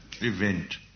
Event